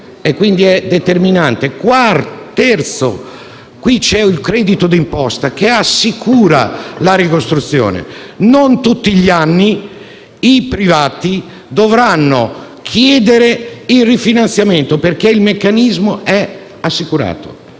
È, quindi, determinante. In terzo luogo, c'è un credito d'imposta che assicura la ricostruzione. Non tutti gli anni i privati dovranno chiedere il rifinanziamento, perché il meccanismo è assicurato.